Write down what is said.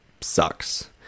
sucks